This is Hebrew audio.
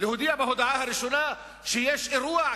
להודיע בהודעה הראשונה שיש אירוע,